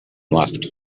left